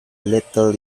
little